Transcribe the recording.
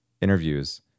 interviews